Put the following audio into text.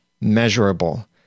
measurable